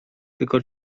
tylko